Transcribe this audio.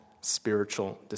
spiritual